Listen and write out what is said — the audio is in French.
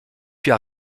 puis